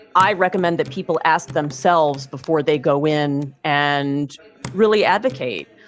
i recommend that people ask themselves before they go in and really advocate,